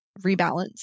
rebalance